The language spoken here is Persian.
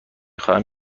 خواهم